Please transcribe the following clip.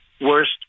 worst